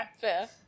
fair